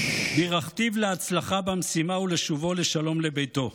ברכתיו להצלחה במשימה ולשובו לשלום לביתו.